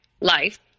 life